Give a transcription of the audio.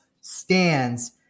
stands